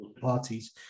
parties